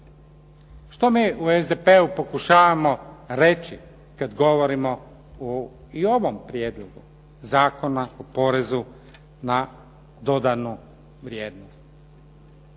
Što mi u SDP-u pokušavamo reći kad govorimo i o ovom prijedlogu Zakona o porezu na dodanu vrijednost?